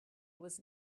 was